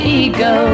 ego